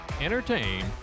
entertain